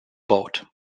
boat